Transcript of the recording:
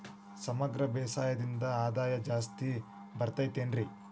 ಸಮಗ್ರ ಬೇಸಾಯದಿಂದ ಆದಾಯ ಜಾಸ್ತಿ ಬರತೈತೇನ್ರಿ?